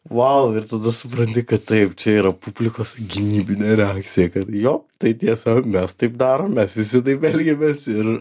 vau ir tada supranti kad taip čia yra publikos gynybinė reakcija jo tai tiesa mes taip darom mes visi taip elgiamės ir